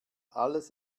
alles